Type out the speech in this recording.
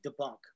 debunk